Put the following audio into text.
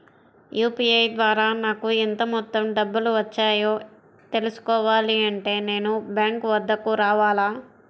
UPI ద్వారా నాకు ఎంత మొత్తం డబ్బులు వచ్చాయో తెలుసుకోవాలి అంటే నేను బ్యాంక్ వద్దకు రావాలా?